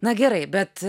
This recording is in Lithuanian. na gerai bet